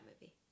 movie